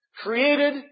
Created